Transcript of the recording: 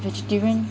vegetarian